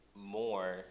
more